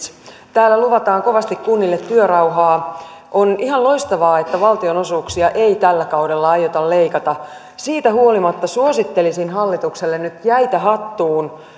täällä luvataan kovasti kunnille työrauhaa on ihan loistavaa että valtionosuuksia ei tällä kaudella aiota leikata siitä huolimatta suosittelisin hallitukselle nyt jäitä hattuun